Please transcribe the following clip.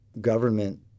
government